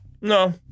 no